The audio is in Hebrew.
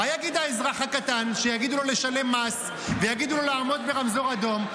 מה יגיד האזרח הקטן כשיגידו לו לשלם מס ויגידו לו לעמוד ברמזור אדום?